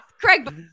craig